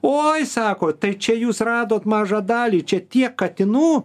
oi sako tai čia jūs radot mažą dalį čia tiek katinų